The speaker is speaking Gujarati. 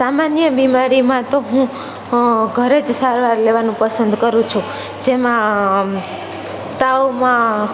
સામાન્ય બીમારીમાં તો હું ઘરે જ સારવાર લેવાનું પસંદ કરું છું જેમાં તાવમાં